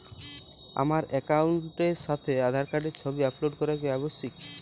আমার অ্যাকাউন্টের সাথে আধার কার্ডের ছবি আপলোড করা কি আবশ্যিক?